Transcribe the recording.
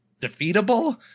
defeatable